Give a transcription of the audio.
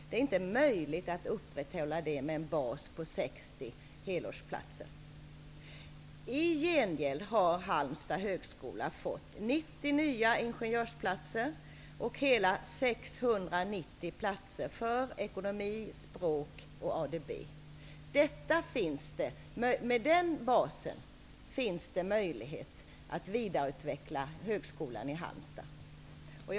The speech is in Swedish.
Det är inte möjligt att upprätthålla det med en bas på 60 I gengäld har högskolan i Halmstad fått 90 nya ingenjörsplatser och så mycket som 690 platser för ekonomi, språk och ADB. Med den basen finns det möjlighet att vidareutveckla högskolan Halmstad.